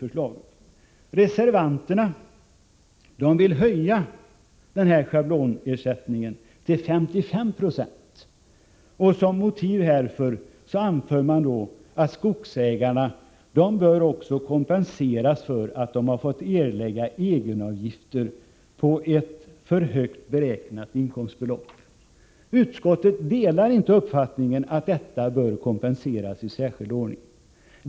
Reservanterna vill höja schablonersättningen till 55 26. Som motiv härför anför man att skogsägarna bör kompenseras också för att de har fått erlägga egenavgifter på ett för högt beräknat inkomstbelopp. Utskottet delar inte uppfattningen att detta bör kompenseras i särskild ordning.